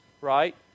right